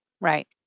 Right